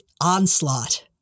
onslaught